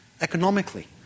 economically